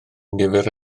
nifer